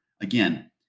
Again